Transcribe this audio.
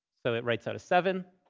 so it writes out a seven.